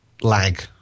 lag